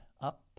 up